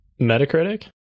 Metacritic